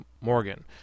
Morgan